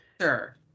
sure